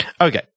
Okay